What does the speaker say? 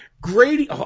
Grady